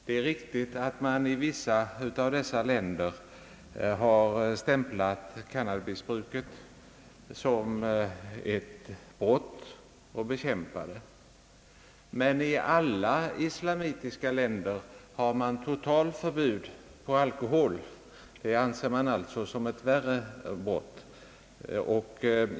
Det är riktigt att man i vissa av dessa länder stämplar cannabisbruket som ett brott och bekämpar det, men i alla islamitiska länder har man totalförbud när det gäller alkohol, betraktar alltså bruket av alkohol som ett värre brott.